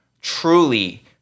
truly